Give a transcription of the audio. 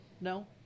No